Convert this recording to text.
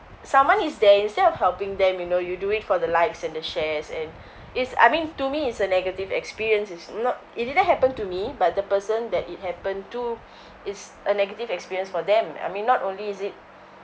someone is there instead of helping them you know you do it for the likes and the shares and it's I mean to me it's a negative experience it's not it didn't happen to me but the person that it happened to it's a negative experience for them I mean not only is it